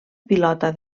pilota